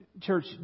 church